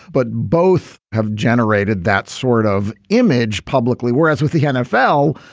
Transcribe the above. but both have generated that sort of image publicly. whereas with the nfl,